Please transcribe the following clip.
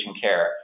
care